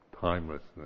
timelessness